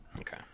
Okay